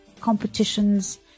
competitions